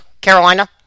Carolina